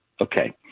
Okay